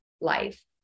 life